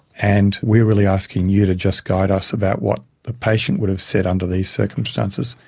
and we are really asking you to just guide us about what the patient would have said under these circumstances,